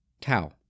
Tau